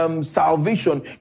salvation